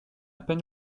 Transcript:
peine